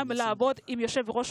אנחנו נארח